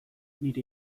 nire